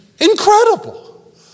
Incredible